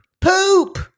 poop